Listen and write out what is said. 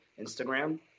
Instagram